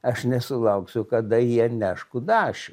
aš nesulauksiu kada jie neš kudašių